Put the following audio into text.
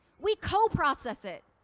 we co-process it.